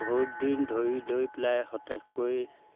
বহুত দিন ধৰি ধৰি পেলাই সতেশ কৰি